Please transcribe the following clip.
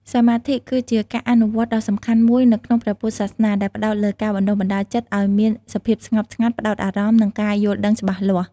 សមាធិ គឺជាការអនុវត្តន៍ដ៏សំខាន់មួយនៅក្នុងព្រះពុទ្ធសាសនា ដែលផ្តោតលើការបណ្ដុះបណ្ដាលចិត្តឲ្យមានសភាពស្ងប់ស្ងាត់ ផ្ដោតអារម្មណ៍ និងការយល់ដឹងច្បាស់លាស់។